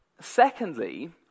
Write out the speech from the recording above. Secondly